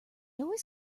always